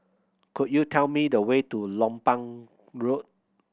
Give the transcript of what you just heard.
could you tell me the way to Lompang Road